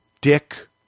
Dick